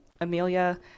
Amelia